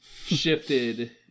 shifted